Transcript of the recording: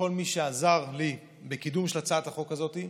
לכל מי שעזר לי בקידום של הצעת החוק הזאת.